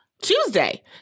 Tuesday